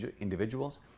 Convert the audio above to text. individuals